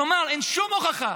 כלומר אין שום הוכחה,